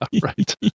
right